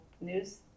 news